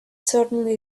certainly